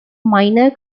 minor